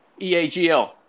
eagl